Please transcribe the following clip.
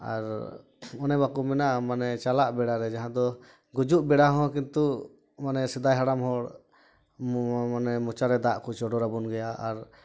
ᱟᱨ ᱚᱱᱮ ᱵᱟᱠᱚ ᱢᱮᱱᱟ ᱢᱟᱱᱮ ᱪᱟᱞᱟᱜ ᱵᱮᱲᱟᱨᱮ ᱡᱟᱦᱟᱸ ᱫᱚ ᱜᱩᱡᱩᱜ ᱵᱮᱲᱟ ᱦᱚᱸ ᱠᱤᱱᱛᱩ ᱢᱟᱱᱮ ᱥᱮᱫᱟᱭ ᱦᱟᱲᱟᱢ ᱦᱚᱲ ᱢᱟᱱᱮ ᱢᱚᱪᱟᱨᱮ ᱫᱟᱜ ᱠᱚ ᱪᱚᱰᱚᱨᱟᱵᱚᱱ ᱜᱮᱭᱟ ᱟᱨ